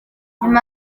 nyuma